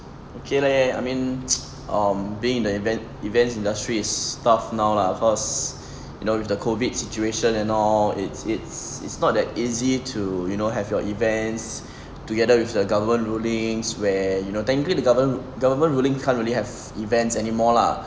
okay leh I mean um being in the event events industries is tough now lah cause you know with the COVID situation and all it's it's it's not that easy to you know have your events together with the government rulings where you know technically the govern government ruling currently can't really have events anymore lah